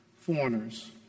foreigners